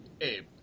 Abe